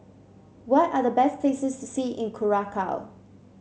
what are the best places to see in Curacao